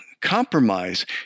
compromise